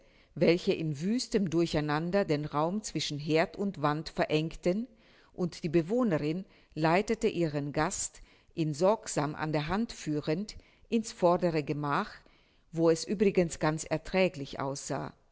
welche in wüstem durcheinander den raum zwischen herd und wand verengten und die bewohnerin leitete ihren gast ihn sorgsam an der hand führend in's vordere gemach wo es übrigens ganz erträglich aussah